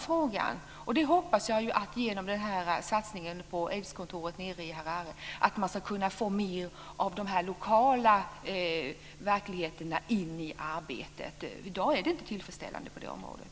Jag hoppas att vi genom satsningen på aidskontoret i Harare ska kunna få in mer av de lokala verkligheterna i arbetet. I dag sker detta inte på ett tillfredsställande sätt.